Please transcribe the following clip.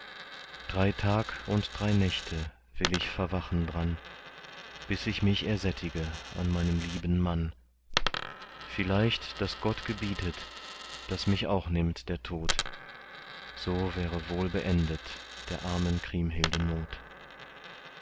drei tag und drei nächte will ich verwachen dran bis ich mich ersättige an meinem lieben mann vielleicht daß gott gebietet daß mich auch nimmt der tod so wäre wohl beendet der armen kriemhilde not